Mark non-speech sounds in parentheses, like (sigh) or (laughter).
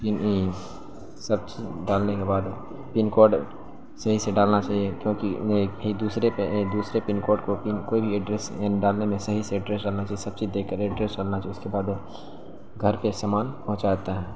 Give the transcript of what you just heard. (unintelligible) سب ڈالنے کے بعد پنکوڈ صحیح سے ڈالنا چاہیے کیونکہ ایک دوسرے پہ ایک دوسرے پنکوڈ کوئی بھی ایڈریس ڈالنے میں صحیح سے ایڈریس ڈالنا چاہیے سب چیز دیکھ کر ایڈریس ڈالنا چاہیے اس کے بعد گھر پہ سامان پہنچاتا ہے